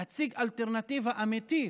להציג אלטרנטיבה אמיתית,